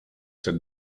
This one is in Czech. před